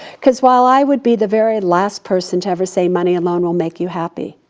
cause while i would be the very last person to ever say, money alone will make you happy,